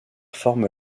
forme